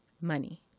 money